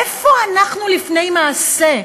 איפה אנחנו לפני מעשה?